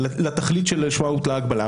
לתכלית שלשמה הוטלה ההגבלה.